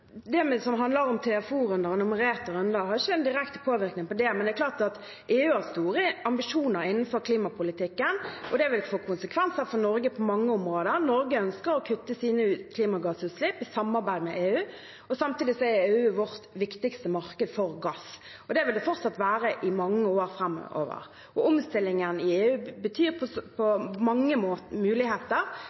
det gjelder det som handler om TFO-runder og nummererte runder, har ikke det en direkte påvirkning, men det er klart at EU har store ambisjoner innenfor klimapolitikken, og det vil få konsekvenser for Norge på mange områder. Norge ønsker å kutte sine klimagassutslipp i samarbeid med EU, og samtidig er EU vårt viktigste marked for gass. Det vil det fortsatt være i mange år framover. Omstillingen i EU byr på mange muligheter. Ikke minst betyr det muligheter